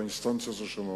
באינסטנציות השונות,